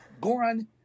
Goran